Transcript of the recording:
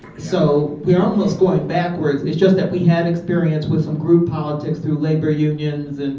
so we're almost going backwards. it's just that we have experience with some group politics through labor unions,